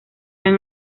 han